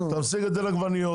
אתה מפסיק לגדל עגבניות,